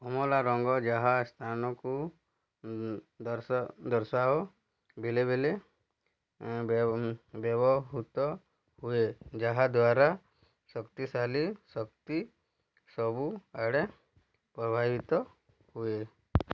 କମଳା ରଙ୍ଗ ଯାହା ସ୍ଥାନକୁ ଦର୍ଶା ଦର୍ଶାଅ ବେଲେବେଲେ ଏଁ ବ୍ୟବହୃତ ହୁଏ ଯାହାଦ୍ୱାରା ଶକ୍ତିଶାଳୀ ଶକ୍ତି ସବୁଆଡ଼େ ପ୍ରବାହିତ ହୁଏ